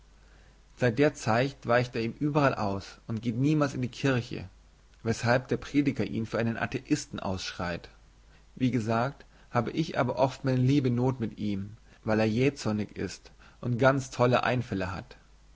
seit der zeit weicht er ihm überall aus und geht niemals in die kirche weshalb der prediger ihn für einen atheisten ausschreit wie gesagt habe ich aber oft meine liebe not mit ihm weil er jähzornig ist und ganz tolle einfälle hat